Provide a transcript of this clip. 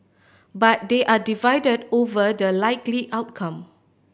but they are divided over the likely outcome